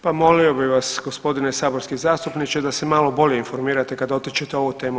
Pa molio bih vas gospodine saborski zastupniče da se malo bolje informirate kada dotičete ovu temu.